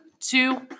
two